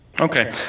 Okay